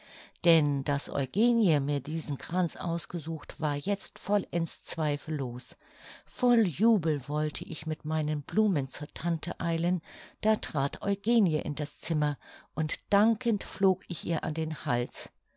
denn daß eugenie mir diesen kranz ausgesucht war jetzt vollends zweifellos voll jubel wollte ich mit meinen blumen zur tante eilen da trat eugenie in das zimmer und dankend flog ich ihr an den hals